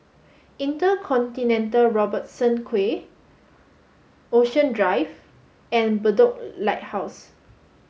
InterContinental Robertson Quay Ocean Drive and Bedok Lighthouse